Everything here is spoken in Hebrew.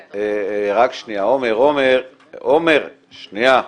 עומר, שנייה.